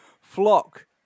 Flock